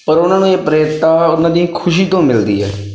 ਪਰ ਉਹਨਾਂ ਨੂੰ ਇਹ ਪ੍ਰੇਰਨਾ ਉਹਨਾਂ ਦੀ ਖੁਸ਼ੀ ਤੋਂ ਮਿਲਦੀ ਹੈ